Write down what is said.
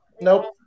Nope